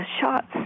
shots